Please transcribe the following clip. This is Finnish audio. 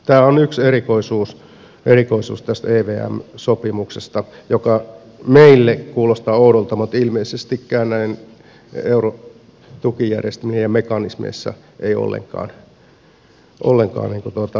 tämä on yksi erikoisuus tässä evm sopimuksessa joka meille kuulostaa oudolta mutta ilmeisestikään näiden eurotukijärjestelmien mekanismeissa ei ollenkaan erikoiselta